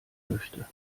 möchte